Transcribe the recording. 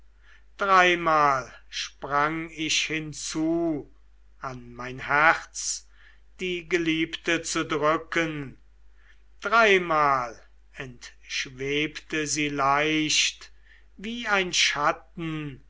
dreimal sprang ich hinzu an mein herz die geliebte zu drücken dreimal entschwebte sie leicht wie ein schatten